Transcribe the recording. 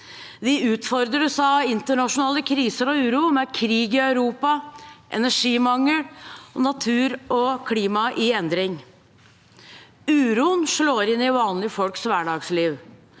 Vi utfordres av internasjonale kriser og uro, med krig i Europa, energimangel og natur og klima i endring. Uroen slår inn i vanlige folks hverdagsliv.